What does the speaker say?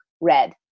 red